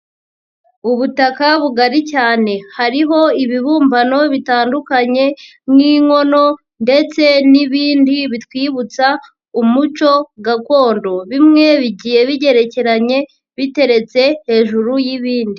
Ubutaka bugari cyane hariho ibibumbano bitandukanye nk'inkono ndetse n'ibindi bitwibutsa umuco gakondo, bimwe bigiye bigerekeranye biteretse hejuru y'ibindi.